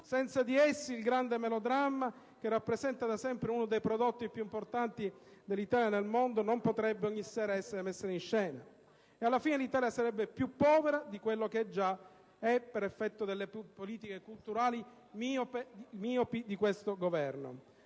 Senza di essi il grande melodramma, che rappresenta da sempre uno dei prodotti più importanti dell'Italia nel mondo, non potrebbe ogni sera essere messo in scena in tutto il Paese, e alla fine l'Italia sarebbe più povera di quello che già è per effetto delle politiche culturali miopi del Governo.